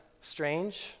strange